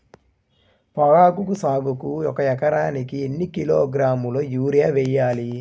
పొగాకు సాగుకు ఒక ఎకరానికి ఎన్ని కిలోగ్రాముల యూరియా వేయాలి?